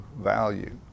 value